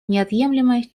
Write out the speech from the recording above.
неотъемлемой